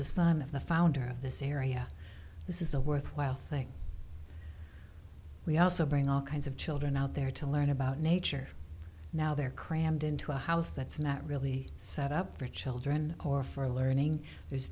son of the founder of this area this is a worthwhile thing we also bring all kinds of children out there to learn about nature now they're crammed into a house that's not really set up for children or for learning there's